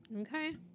Okay